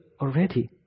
already